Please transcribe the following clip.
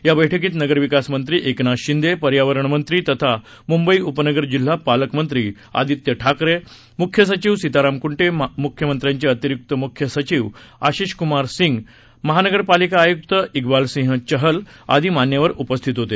या बैठकीत नगरविकास मंत्री एकनाथ शिंदे पर्यावरण मंत्री तथा मुंबई उपनगर जिल्हा पालकमंत्री आदित्य ठाकरे मुख्य सचिव सीताराम कुंटे मुख्यमंत्र्यांचे अतिरिक्त मुख्य सचिव आशिष कुमार सिंह महानगरपालिका आयुक्त इकबाल सिंह चहल आदी मान्यवर उपस्थित होते